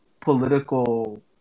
political